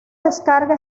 descarga